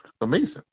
amazing